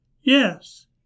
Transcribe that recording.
yes